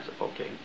Okay